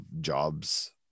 jobs